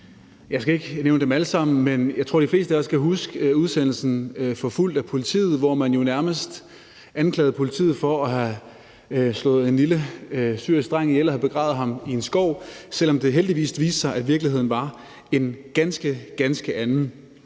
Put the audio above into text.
Jeg skal ikke nævne dem alle sammen, men jeg tror, de fleste af os kan huske udsendelsen »Forfulgt af politiet?«, hvor man jo nærmest anklagede politiet for at have slået en lille syrisk dreng ihjel og have begravet ham i en skov, selv om det heldigvis viste sig, at virkeligheden var en ganske, ganske anden.